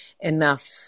enough